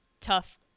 tough